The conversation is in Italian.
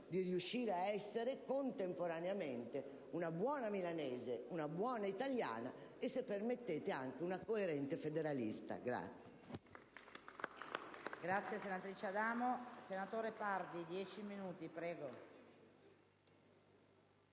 di riuscire ad essere contemporaneamente una buona milanese, una buona italiana e, se permettete, anche una coerente federalista.